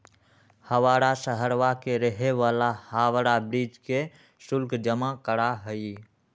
हवाड़ा शहरवा के रहे वाला हावड़ा ब्रिज के शुल्क जमा करा हई